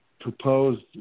Proposed